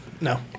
No